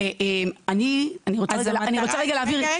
אני רוצה להבהיר --- מיכל,